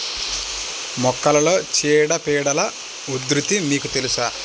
మొక్కలలో చీడపీడల ఉధృతి మీకు తెలుసా?